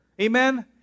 Amen